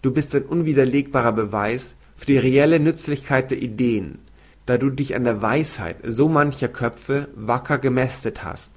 du bist ein unwiderlegbarer beleg für die reelle nüzlichkeit der ideen da du dich an der weisheit so mancher köpfe wacker gemästet hast